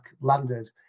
landed